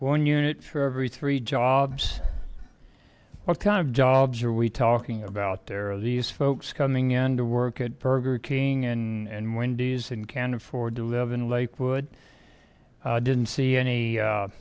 one unit for every three jobs what kind of jobs are we talking about there are these folks coming in to work at burger king and wendy's and can't afford to live in lakewood i didn't see any